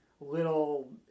little